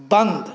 बन्द